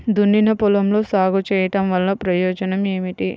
దున్నిన పొలంలో సాగు చేయడం వల్ల ప్రయోజనం ఏమిటి?